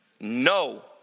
No